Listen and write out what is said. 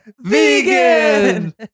vegan